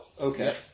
Okay